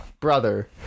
Brother